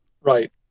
Right